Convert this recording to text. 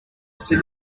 sit